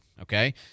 okay